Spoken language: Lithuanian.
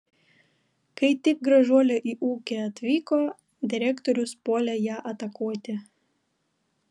kai tik gražuolė į ūkį atvyko direktorius puolė ją atakuoti